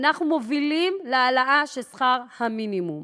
אנחנו מובילים להעלאה של שכר המינימום.